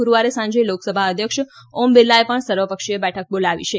ગુરૂવારે સાંજે લોકસભા અધ્યક્ષ ઓમ બીરલાએ પણ સર્વપક્ષીય બેઠક બોલાવી છે